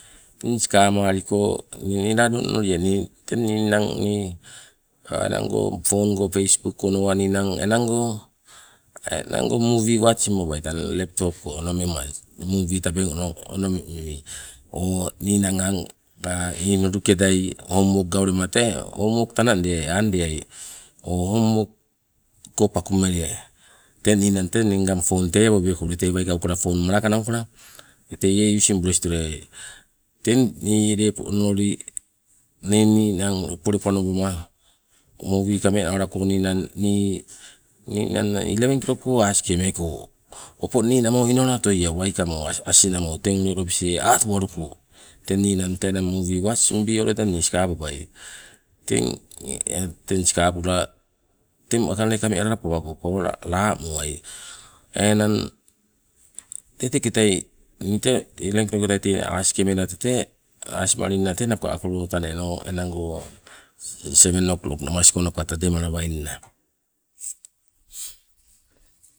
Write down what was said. Teng sikamaliko niiladu onoliai teng ni ninang enang go phone go facebook ko, ninang enang go enang go movie tang watching babai laptop ko onomengmai movie tabeng onomemi, o ninang aang inulikedai home work gaulema tee home work tanang deai, o home work ko pakumelie, teng ninang ngang phone tee tei awobeko ule tei waikaukala phone malaka naukala teie using bules toleai. Teng ni lepo onoli ni ninang pole panobama movie kame alako ninang ni eleven kilok alako aasike meko opong ninamo inola otoie waikamo asingnamo teng ule lobisei atuwaluko. Teng ninang tee enang movei watching bio loida inne sikababai. Teng, teng sikabula wakainale kame alala pawago pola lamuai, enang tee teketai ni tee enang goitai te aaske mela tete aasmalingna tee akolo taneno enang go seven o klok ko namasing go tademalawainna.